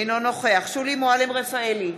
אינו נוכח שולי מועלם-רפאלי,